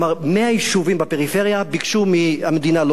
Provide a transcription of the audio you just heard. כלומר 100 יישובים בפריפריה ביקשו מהמדינה,